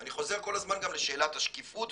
אני חוזר כל הזמן לשאלת השקיפות.